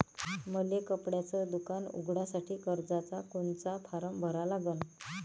मले कपड्याच दुकान उघडासाठी कर्जाचा कोनचा फारम भरा लागन?